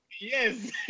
Yes